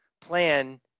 plan